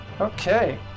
Okay